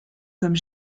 comme